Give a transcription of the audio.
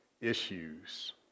issues